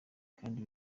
kandi